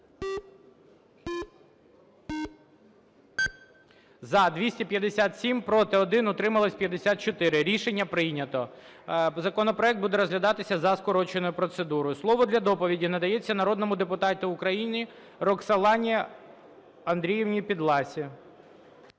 За-257 Проти – 1, утримались – 54. Рішення прийнято. Законопроект буде розглядатися за скороченою процедурою, Слово для доповіді надається народному депутату України Роксолані Андріївні Підласі.